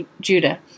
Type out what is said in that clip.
Judah